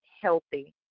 healthy